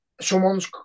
Someone's